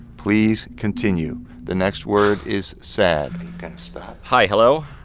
please, continue. the next word is sad hi. hello.